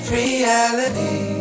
reality